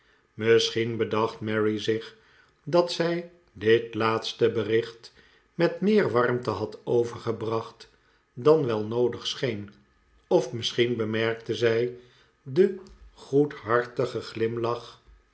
misschien bedacht mary zich dat zij dit laatste bericht met meer warmte had overgebracht dan wel noodig scheen of misschien bemerkte zij den goedhartigen glimlach